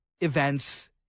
events